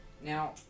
Now